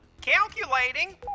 Calculating